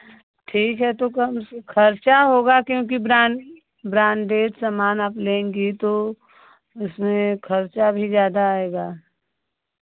ठीक है तो कम से खर्चा होगा क्योंकि ब्रांड ब्रांडेड सामान आप लेंगी तो उसमें खर्चा भी ज़्यादा आयेगा